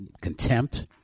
contempt